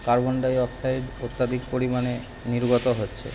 carbon dioxide অত্যধিক পরিমাণে নির্গত হচ্ছে